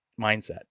mindset